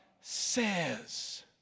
says